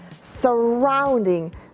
surrounding